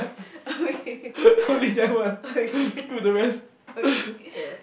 okay okay okay